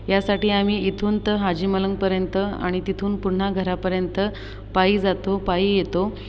यासाठी आम्ही इथून तर हाजी मलंगपर्यंत आणि तिथून पुन्हा घरापर्यंत पायी जातो पायी येतो